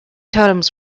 totems